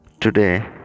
today